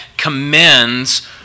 commends